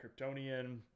Kryptonian